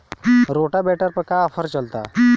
Rotavator पर का offer चलता?